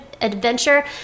adventure